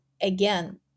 again